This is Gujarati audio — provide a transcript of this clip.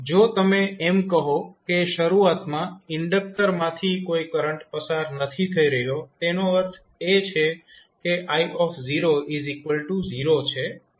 તો જો તમે એમ કહો કે શરૂઆતમાં ઇન્ડક્ટર માંથી કોઈ કરંટ પસાર નથી થઇ રહ્યો તેનો અર્થ એ છે કે i0 છે